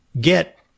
get